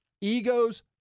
Egos